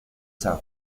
san